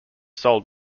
sold